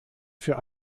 für